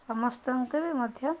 ସମସ୍ତଙ୍କୁ ବି ମଧ୍ୟ